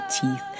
teeth